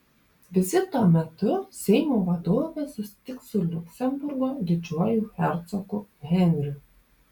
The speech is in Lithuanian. vizito metu seimo vadovė susitiks su liuksemburgo didžiuoju hercogu henriu